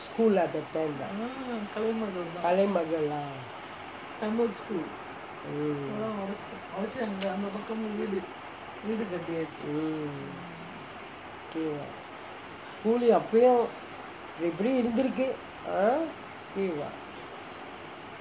school lah that time lah kalaimagal lah mm okay lah school எப்பயோ எப்டி இருந்திருக்கு:eppayo epdi irunthirukku ah okay [what]